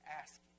asking